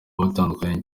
batandukanye